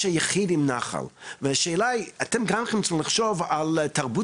היחיד בשביל ישראל שיש בו נחל והשאלה היא וגם אתם צריכים לחשוב על זה,